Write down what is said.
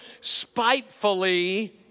spitefully